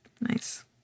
Nice